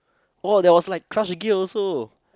oh there was like Crush Gear also